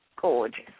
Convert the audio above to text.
gorgeous